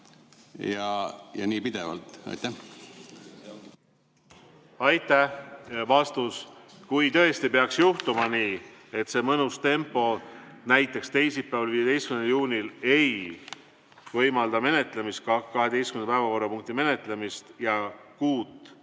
olema] pidevalt. Aitäh! Vastus: kui tõesti peaks juhtuma nii, et see mõnus tempo näiteks teisipäeval, 15. juunil ei võimalda 12 päevakorrapunkti menetlemist ja kuut